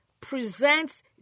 presents